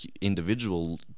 individual